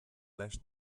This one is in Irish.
leis